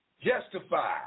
Justify